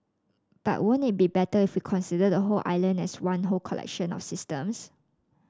but won't it be better if we consider the whole island as one whole collection of systems